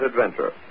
adventure